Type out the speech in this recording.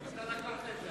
אתה, את זה עכשיו.